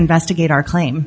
investigate our claim